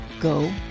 go